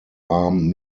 arm